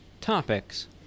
topics